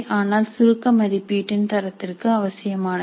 ஆனால் சுருக்க மதிப்பீட்டின் தரத்திற்கு அவசியமானது